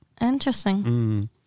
Interesting